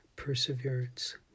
perseverance